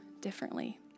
differently